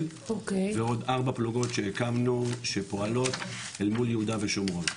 ועוד ארבע פלוגות שהקמנו שפועלות אל מול יהודה ושומורון.